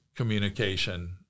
communication